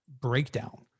breakdown